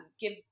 give